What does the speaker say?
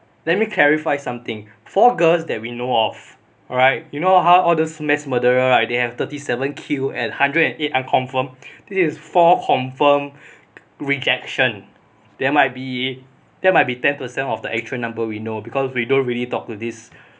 let me clarify something four girls that we know off alright you know how all those mass murderer right they have thirty seven kill at hundred and eight unconfirmed this is four confirm rejection there might be there might be ten percent of the actual number we know because we don't really talk to this